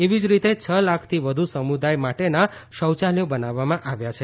એવી જ રીતે છ લાખથી વધુ સમુદાય માટેના શૌચાલયો બનાવવામાં આવ્યા છે